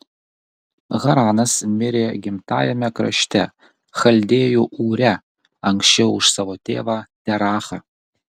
haranas mirė gimtajame krašte chaldėjų ūre anksčiau už savo tėvą terachą